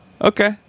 okay